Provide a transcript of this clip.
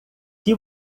que